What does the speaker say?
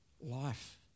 life